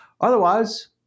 Otherwise